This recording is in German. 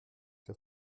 der